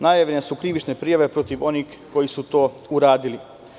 Najavljene su krivične prijave protiv onih koji su to uradili.